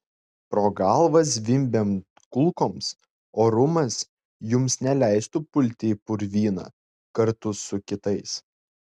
pro galvą zvimbiant kulkoms orumas jums neleistų pulti į purvyną kartu su kitais